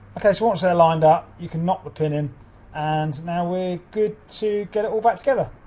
okay, so once they're lined up, you can knock the pin in and now we're good to get it all back together.